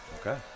Okay